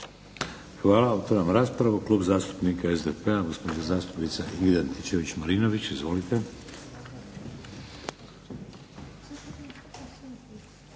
Hvala. Otvaram raspravu. Klub zastupnika SDP-a gospođa zastupnica Ingrid Antičević Marinović. Izvolite.